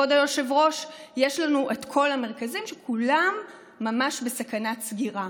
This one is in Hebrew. כבוד היושב-ראש, כל המרכזים כולם ממש בסכנת סגירה.